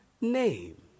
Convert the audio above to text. name